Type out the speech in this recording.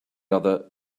other